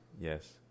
Yes